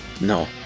No